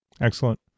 Excellent